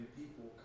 people